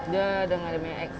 dia dengan dia punya ex